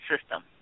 system